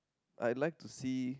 I like to see